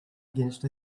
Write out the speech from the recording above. against